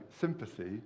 sympathy